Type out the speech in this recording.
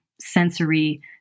sensory